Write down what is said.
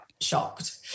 shocked